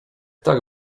tak